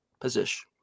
position